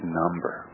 number